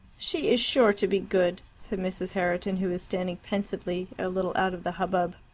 she is sure to be good, said mrs. herriton, who was standing pensively a little out of the hubbub.